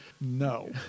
No